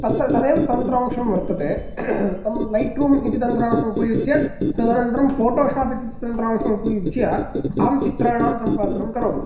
तत्र तदेव तन्त्रांशं वर्तते तं लैट्रूम् इति तन्त्रांशम् उपयुज्य तदनन्तरं फोटोशोप् इति तन्त्रांशम् उपयुज्य अहं चित्राणां सम्पादनं करोमि